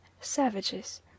savages